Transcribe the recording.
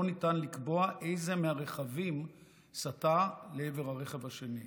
ניתן לקבוע איזה מהרכבים סטה לעבר הרכב השני.